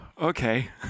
okay